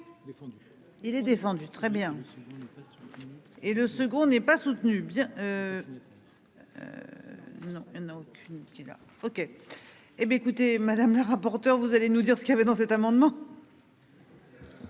Je. Défendu. Il est défendu. Très bien. Et le second n'est pas soutenu, bien. Non il y en a aucune qui là OK. Hé ben écoutez madame la rapporteur, vous allez nous dire ce qu'il avait dans cet amendement.